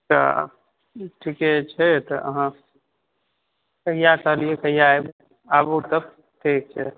तऽ ठीके छै तऽ अहाँ कहिया सॅं एलियै कहिया एबै आबू तब ठीक छै